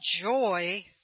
joy